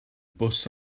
bws